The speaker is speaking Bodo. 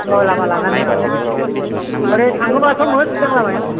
औ लामा लानानै औ ओरै थाङोब्लाथ' मोजां लामाया